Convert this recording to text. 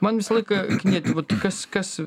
man visą laiką knieti vat kas kas